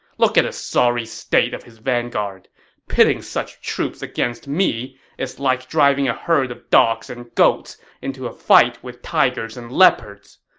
look at the sorry state of his vanguard pitting such troops against me is like driving a herd of dogs and goats into a fight with tigers and leopards!